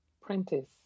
Prentice